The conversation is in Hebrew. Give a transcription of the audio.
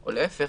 או להפך